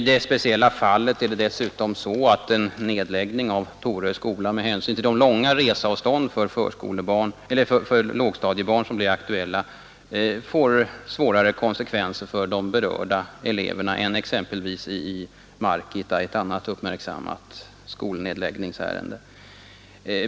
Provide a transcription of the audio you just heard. Dessutom är det så att en nedläggning av Torö skola med hänsyn till de långa reseavstånd för lågstadiebarn som blir aktuella får svårare konsekvenser för de berörda eleverna än exempelvis i Markitta — ett annat uppmärksammat skolnedläggningsärende.